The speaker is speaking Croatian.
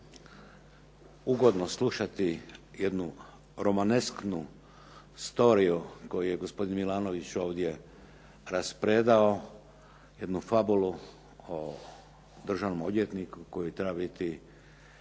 ugodno slušati jednu romanesknu storiju koju je gospodin Milanović ovdje raspredao. Jednu fabulu o državnom odvjetniku koji bi trebao imati